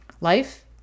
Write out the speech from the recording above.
Life